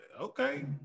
okay